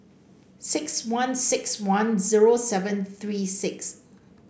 six one six one zero seven three six